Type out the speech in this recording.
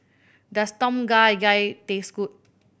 does Tom Kha Gai taste good